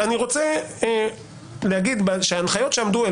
אני רוצה להגיד שההנחיות שעמדו אל